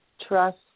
trust